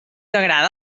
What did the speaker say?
agrada